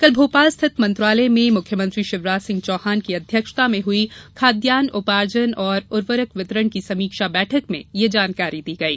कल भोपाल स्थित मंत्रालय में मुख्यमंत्री शिवराज सिंह चौहान की अध्यक्षता में हुई खाद्यान्न उपार्जन और उर्वरक वितरण की समीक्षा बैठक में यह जानकारी दी गई